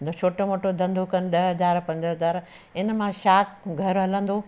जो छोटो मोटो धंधो कंदा ॾह हज़ार पंज हज़ार इन मां छा घरु हलंदो